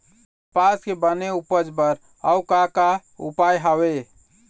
कपास के बने उपज बर अउ का का उपाय हवे?